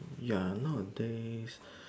ya nowadays